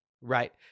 right